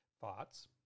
thoughts